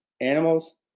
animals